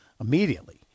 Immediately